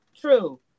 True